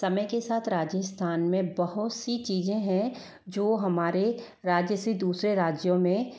समय के साथ राजस्थान में बहुत सी चीज़ें हैं जो हमारे राज्य से दूसरे राज्यों में